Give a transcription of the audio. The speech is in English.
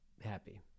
happy